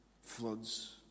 floods